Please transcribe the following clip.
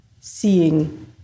seeing